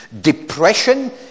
depression